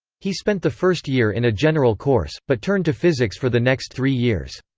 he spent the first year in a general course, but turned to physics for the next three years.